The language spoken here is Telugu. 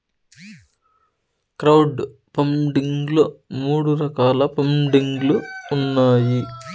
క్రౌడ్ ఫండింగ్ లో మూడు రకాల పండింగ్ లు ఉన్నాయి